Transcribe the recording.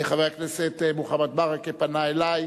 חבר הכנסת מוחמד ברכה פנה אלי,